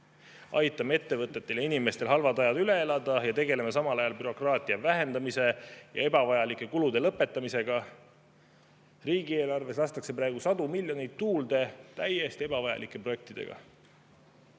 Aitame ettevõtetel ja inimestel halvad ajad üle elada ja tegeleme samal ajal bürokraatia vähendamise ja ebavajalike kulutuste [tegemise] lõpetamisega! Riigieelarves lastakse praegu sadu miljoneid tuulde täiesti ebavajalike projektide